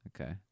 Okay